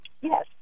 Yes